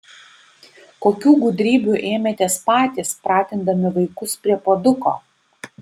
kokių gudrybių ėmėtės patys pratindami vaikus prie puoduko